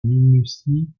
minutie